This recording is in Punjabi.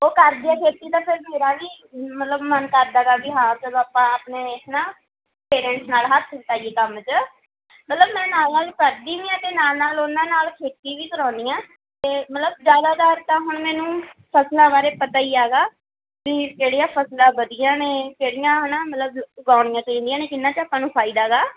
ਉਹ ਕਰਦੇ ਆ ਖੇਤੀ ਤਾਂ ਫਿਰ ਮੇਰਾ ਵੀ ਮਤਲਬ ਮਨ ਕਰਦਾ ਗਾ ਵੀ ਹਾਂ ਚਲੋ ਆਪਾਂ ਆਪਣੇ ਹਨਾ ਪੇਰੈਂਟਸ ਨਾਲ ਹੱਥ ਵਟਾਈਏ ਕੰਮ 'ਚ ਮਤਲਬ ਮੈਂ ਨਾਲ ਨਾਲ ਕਰਦੀ ਵੀ ਆ ਅਤੇ ਨਾਲ ਨਾਲ ਉਹਨਾਂ ਨਾਲ ਖੇਤੀ ਵੀ ਕਰਾਉਂਦੀ ਹਾਂ ਅਤੇ ਮਤਲਬ ਜ਼ਿਆਦਾਤਰ ਤਾਂ ਹੁਣ ਮੈਨੂੰ ਫਸਲਾਂ ਬਾਰੇ ਪਤਾ ਹੀ ਹੈਗਾ ਵੀ ਕਿਹੜੀਆਂ ਫਸਲਾਂ ਵਧੀਆ ਨੇ ਕਿਹੜੀਆਂ ਹੈ ਨਾ ਮਤਲਬ ਉਗਾਉਣੀਆਂ ਚਾਹੀਦੀਆਂ ਨੇ ਕਿਹਨਾਂ 'ਚ ਆਪਾਂ ਨੂੰ ਫਾਇਦਾ ਗਾ